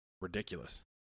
ridiculous